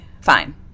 Fine